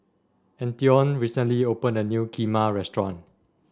Antione recently opened a new Kheema restaurant